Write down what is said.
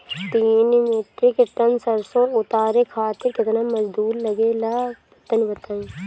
तीन metric tonne सरसो उतारे खातिर केतना मजदूरी लगे ला तनि बताई?